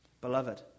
Beloved